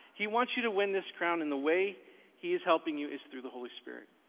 he wants you to win this crown and the way he is helping you is through the holy spirit.